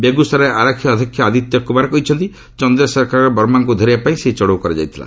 ବେଗୁସରାଇ ଆରକ୍ଷୀ ଅଧ୍ୟକ୍ଷ ଆଦିତ୍ୟ କୁମାର କହିଛନ୍ତି ଚନ୍ଦ୍ରଶେଖର ବର୍ମାଙ୍କୁ ଧରିବା ପାଇଁ ସେହି ଚଢ଼ଉ କରାଯାଇଥିଲା